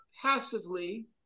passively